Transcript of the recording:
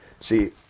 See